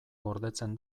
gordetzen